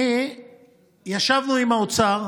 ישבנו עם האוצר.